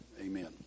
amen